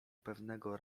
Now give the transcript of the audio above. pewnego